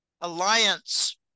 alliance